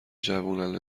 جوونن